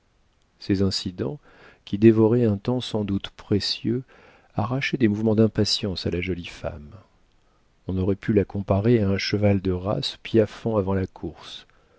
ces incidents qui dévoraient un temps sans doute précieux arrachaient des mouvements d'impatience à la jolie femme on aurait pu la comparer à un cheval de race piaffant avant la course